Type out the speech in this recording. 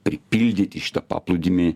pripildyti šitą paplūdimį